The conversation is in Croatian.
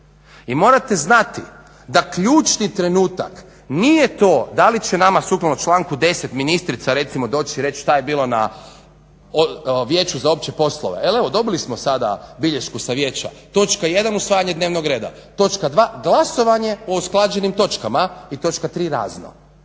I morate znati da ključni trenutak nije to da li će nama sukladno članku 10. ministrica recimo doći i reći što je bilo na Vijeću za opće poslove jer evo dobili smo sada bilješku sa vijeća, točka 1. usvajanje dnevnog reda, točka 2. glasovanje o usklađenim točkama i točka 3. razno.